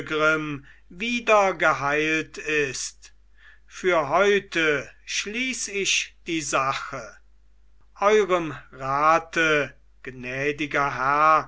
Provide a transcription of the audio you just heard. wieder geheilt ist für heute schließ ich die sache eurem rate gnädiger herr